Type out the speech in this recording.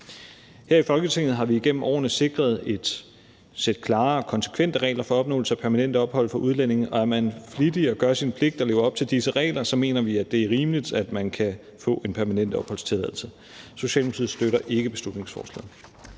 Her i Folketinget har vi igennem årene sikret et sæt klare og konsekvente regler for opnåelse af permanent ophold for udlændinge, og er man flittig og gør sin pligt og lever op til disse regler, mener vi, at det er rimeligt, at man kan få en permanent opholdstilladelse. Socialdemokratiet støtter ikke beslutningsforslaget.